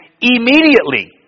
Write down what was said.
immediately